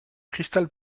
crystal